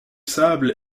sable